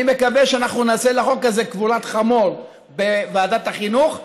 אני מקווה שאנחנו נעשה לחוק הזה קבורת חמור בוועדת החינוך,